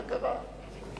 מה קרה?